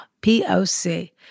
P-O-C